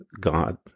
God